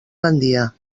gandia